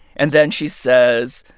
and then she says,